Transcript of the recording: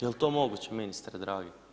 Jel to moguće ministre dragi?